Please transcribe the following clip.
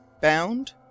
bound